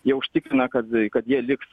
jie užtikrina kad kad jie liks